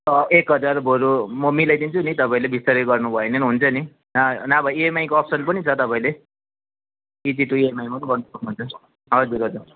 एक हजार बरु म मिलाइदिन्छु नि तपाईँले बिस्तारै गर्नुभयो भने पनि हुन्छ नि नभए इएमआईको अप्सन पनि छ तपाईँले इजी टू इएमआईमा पनि गर्नु सक्नुहुन्छ हजुर हजुर